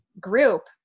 group